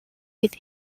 with